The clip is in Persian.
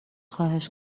خواهش